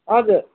हजुर